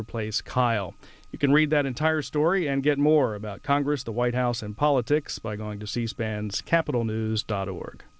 replace kyle you can read that entire story and get more about congress the white house and politics by going to see spans capitol news dot org